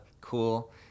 cool